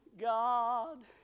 God